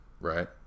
right